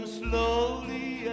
slowly